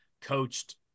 coached